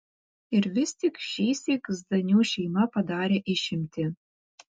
ir vis tik šįsyk zdanių šeima padarė išimtį